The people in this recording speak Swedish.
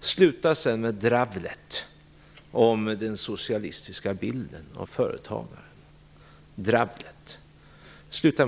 Sluta sedan med dravlet om den socialistiska bilden av företagaren!